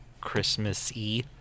Christmas-y